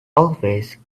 always